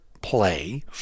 play